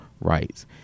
rights